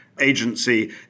agency